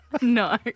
No